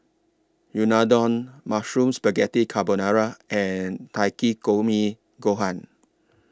Unadon Mushroom Spaghetti Carbonara and Takikomi Gohan